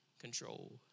control